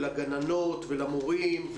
לגננות ולמורים,